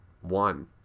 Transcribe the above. one